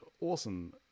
awesome